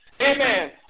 amen